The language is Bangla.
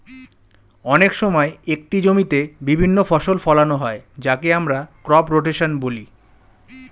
অনেক সময় একটি জমিতে বিভিন্ন ফসল ফোলানো হয় যাকে আমরা ক্রপ রোটেশন বলি